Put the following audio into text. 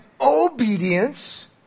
obedience